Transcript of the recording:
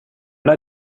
not